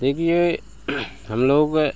देखिए हम लोग